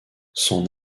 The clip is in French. son